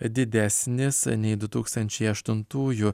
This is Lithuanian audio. didesnis nei du tūkstančiai aštuntųjų